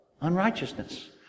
unrighteousness